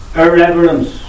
irreverence